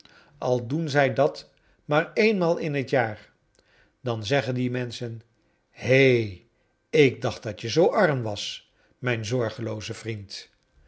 al doen zij dat maar eenmaal in een jaar dan zeggen die menschen he ik dacht dat je zoo arm was mijn zorgelooze vriend